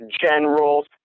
generals